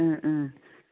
ओ ओ